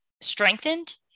strengthened